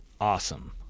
Awesome